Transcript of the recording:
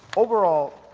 overall,